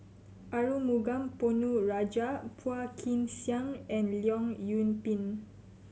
Arumugam Ponnu Rajah Phua Kin Siang and Leong Yoon Pin